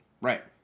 right